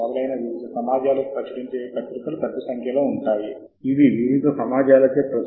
మరియు ఎందుకంటే మీరు ఎంచుకున్న ఫార్మాట్ బిబ్ టెక్స్ ఫార్మాట్ మీరు నిజంగా ఫైల్ పేరు